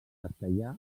castellà